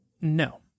No